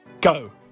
Go